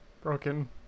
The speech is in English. broken